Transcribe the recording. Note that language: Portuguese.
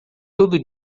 todo